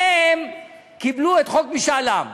הם קיבלו את חוק משאל עם.